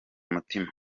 umutima